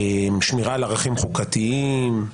שמירה על ערכים חוקתיים,